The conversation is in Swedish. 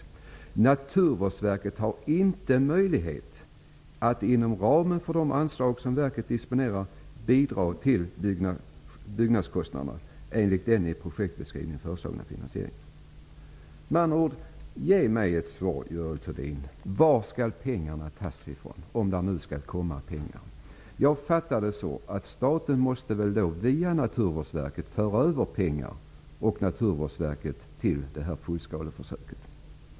Det sägs vidare att Naturvårdsverket inte har möjlighet att inom ramen för de anslag som verket disponerar bidra till byggnadskostnaderna enligt den i projektet beskrivna föreslagna finansieringen. Ge mig ett svar Görel Thurdin, på varifrån pengarna skall tas. Jag har uppfattat det som så att staten måste föra över pengar via Naturvårdsverket till fullskaleförsöket.